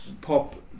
pop